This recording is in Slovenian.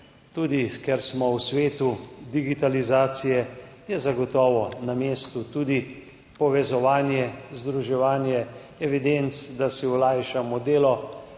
Ker smo v svetu digitalizacije, je zagotovo na mestu tudi povezovanje, združevanje evidenc, da si olajšamo delo.